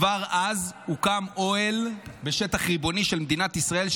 כבר אז הוקם אוהל בשטח ריבוני של מדינת ישראל,